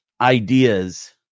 ideas